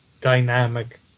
dynamic